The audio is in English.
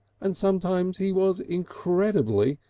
and sometimes he was incredibly,